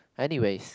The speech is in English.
anyways